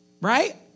Right